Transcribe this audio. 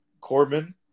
Corbin